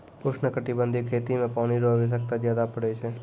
उष्णकटिबंधीय खेती मे पानी रो आवश्यकता ज्यादा पड़ै छै